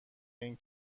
این